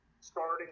starting